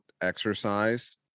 exercise